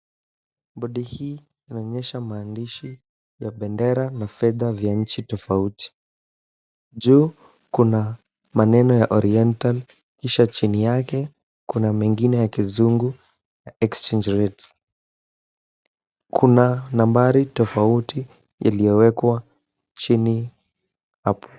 Bodi hii inaonyesha maandishi ya bendera na fedha vya nchi tofauti, juu kuna maneno ya oriental kisha chini yake kuna mengine ya kizungu exchange rates .Kuna nambari tofauti iliyowekwa chini hapo.